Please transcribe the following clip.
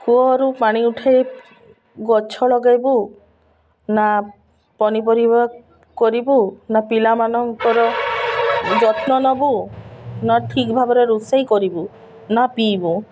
କୂଅରୁ ପାଣି ଉଠେଇ ଗଛ ଲଗେଇବୁ ନା ପନିପରିବା କରିବୁ ନା ପିଲାମାନଙ୍କର ଯତ୍ନ ନବୁ ନା ଠିକ୍ ଭାବରେ ରୋଷେଇ କରିବୁ ନା ପିଇବୁ